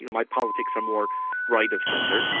you know my politics are more right of centre,